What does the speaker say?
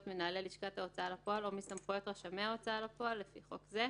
מנהלי לשכת ההוצאה לפועל או מסמכויות רשמי ההוצאה לפועל לפי חוק זה,